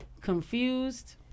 confused